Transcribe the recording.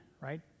right